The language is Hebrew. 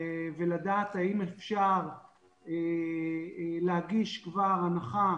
האם אפשר להגיש כבר הנחה